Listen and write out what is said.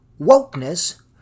wokeness